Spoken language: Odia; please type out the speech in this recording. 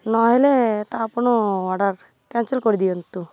ନ'ହେଲେ ତ ଆପଣ ଅର୍ଡ଼ର୍ କ୍ୟାନ୍ସଲ୍ କରିଦିଅନ୍ତୁ